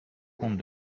compte